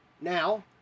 Now